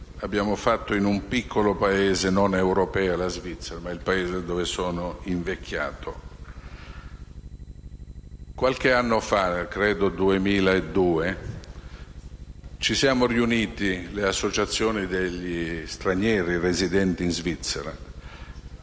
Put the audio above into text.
abbiamo fatto in un piccolo Paese non europeo, la Svizzera, dove sono invecchiato. Qualche anno fa, nel 2002, le associazioni degli stranieri residenti in Svizzera